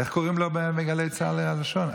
איך קוראים לו מגלי צה"ל, הלשון?